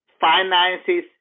finances